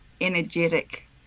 energetic